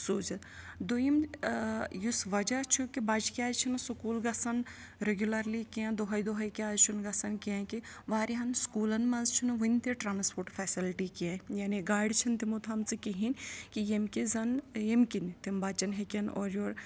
سوٗزِتھ دوٚیِم یُس وَجہ چھُ کہِ بَچہِ کیٛازِ چھنہٕ سکوٗل گژھان ریٚگوٗلَرلی کیٚنٛہہ دۄہَے دۄہے کیٛازِ چھُنہٕ گژھان کینٛہہ کہِ واریاہَن سکوٗلَن منٛز چھِنہٕ وٕنۍ تہِ ٹرانَسپوٹ فیسَلٹی کینٛہہ یعنی گاڑِ چھِنہٕ تِمو تھایمژٕ کِہیٖنۍ کہِ ییٚمہِ کہِ زَن ییٚمہِ کِنۍ تِم بَچَن ہیٚکن اورٕ یور